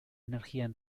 energía